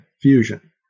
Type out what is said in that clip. fusion